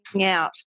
out